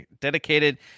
dedicated